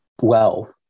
wealth